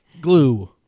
Glue